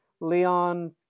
Leon